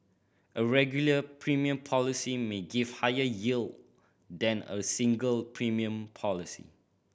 a regular premium policy may give higher yield than a single premium policy